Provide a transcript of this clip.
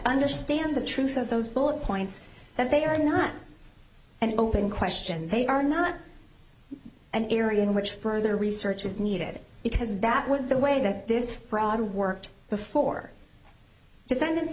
understand the truth of those bullet points that they are not and open question they are not an area in which further research is needed because that was the way that this broader worked before defend